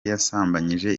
yasambanyije